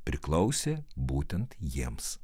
priklausė būtent jiems